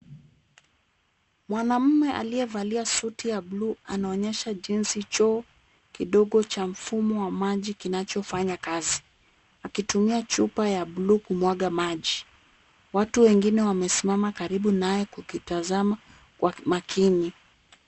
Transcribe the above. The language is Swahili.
Mwanamume aliyevalia suti ya bluu anaonyesha jinsi choo kidogo cha mfumo wa maji kinachofanya kazi akitumia chupa ya bluu kumwaga maji. Watu wengine wamesimama karibu naye kukitazama kwa makini.